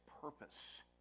purpose